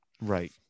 right